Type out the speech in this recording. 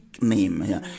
name